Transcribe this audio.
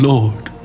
Lord